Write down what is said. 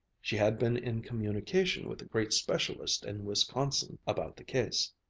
she had been in communication with a great specialist in wisconsin about the case.